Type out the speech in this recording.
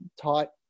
taught